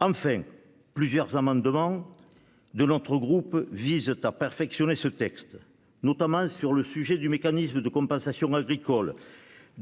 Enfin, plusieurs amendements de notre groupe visent à perfectionner ce texte, en particulier sur le sujet du mécanisme de compensation agricole,